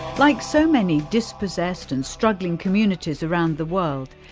like so many dispossessed and struggling communities around the world,